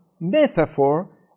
metaphor